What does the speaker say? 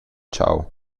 tgau